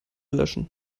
löschen